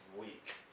week